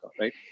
right